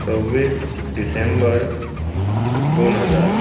सव्वीस डिसेंबर दोन हजार